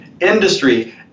industry